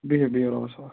بِہِو بِہِو رۅبس حَوال